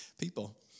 people